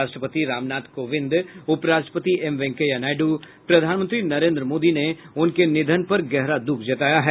राष्ट्रपति राम नाथ कोविंद उपराष्ट्रपति एम वेंकैया नायडू प्रधानमंत्री नरेन्द्र मोदी ने उनके निधन पर गहरा दुःख जताया है